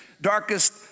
darkest